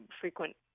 frequent